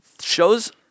Shows